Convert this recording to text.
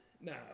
No